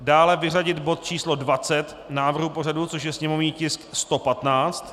Dále, vyřadit bod číslo 20 návrhu pořadu, což je sněmovní tisk 115.